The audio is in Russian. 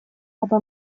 обо